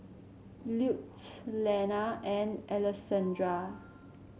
Lutes Lenna and Alessandra